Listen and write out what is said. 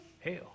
hell